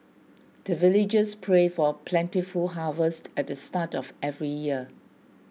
the villagers pray for plentiful harvest at the start of every year